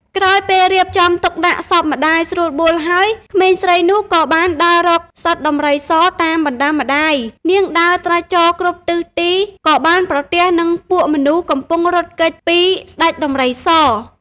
ក្រោយពេលរៀបចំទុកដាក់សព ម្តាយស្រួលបួលហើយក្មេងស្រីនោះក៏បានដើររកសត្វដំរីសតាមបណ្តាំម្តាយ នាងដើរត្រាច់ចរគ្រប់ទិសទីក៏បានប្រទះនឹងពួកមនុស្សកំពុងរត់គេចពីស្តេចដំរីស។